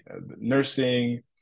nursing